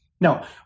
No